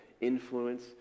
influence